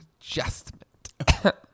adjustment